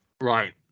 Right